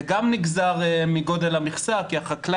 זה גם נגזר מגודל המכסה --- אגב,